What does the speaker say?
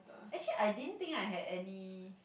actually I didn't think I had any